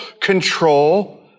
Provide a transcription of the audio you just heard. control